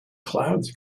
clouds